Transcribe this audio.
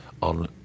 on